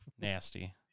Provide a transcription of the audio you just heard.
Nasty